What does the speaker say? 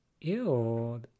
ew